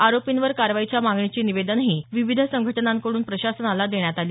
आरोपींवर कारवाईच्या मागणीची निवदेनंही विविध संघटनांकडून प्रशासनाला देण्यात आली